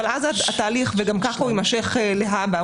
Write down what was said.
אבל אז התהליך וגם כך הוא יימשך להבא.